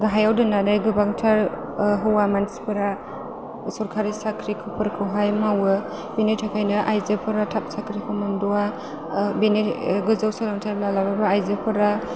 गाहायाव दोननानै गोबांथार हौवा मानसिफोरा सरखारि साख्रिफोरखौहाय मावो बिनि थाखायनो आइजोफोरा थाब साख्रिखौ मोनद'वा बेनि गोजौ सोलोंथाइ लाबाबो आइजोफोरा